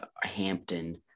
Hampton